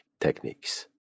techniques